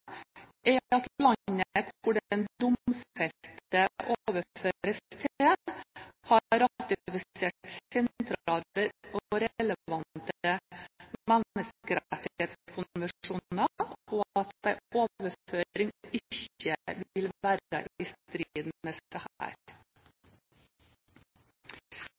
at landet den domfelte overføres til, har ratifisert sentrale og relevante menneskerettighetskonvensjoner, og at en overføring ikke vil være i strid med